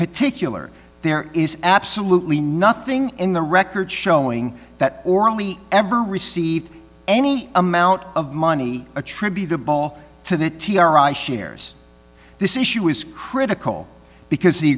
particular there is absolutely nothing in the record showing that or only ever received any amount of money attributable to the t r i shares this issue is critical because the